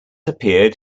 appeared